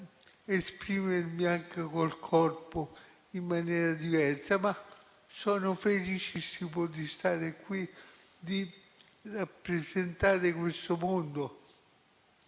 esprimermi anche con il corpo in maniera diversa, ma sono felicissimo di stare qui e di rappresentare questo mondo,